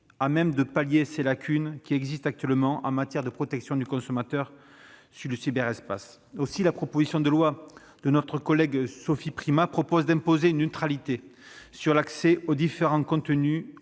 à même de pallier les lacunes qui existent actuellement en matière de protection du consommateur sur le cyberespace. Aussi, la proposition de loi de Sophie Primas prévoit d'imposer une neutralité sur l'accès aux différents contenus